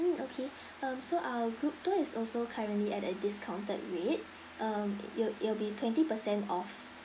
mm okay um so our group tour is also currently at a discounted rate um it'll it'll be twenty percent off